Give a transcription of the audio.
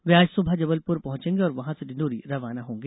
वे आज सुबह जबलपुर पहॅचेंगे और वहां से डिण्डोरी रवाना होंगे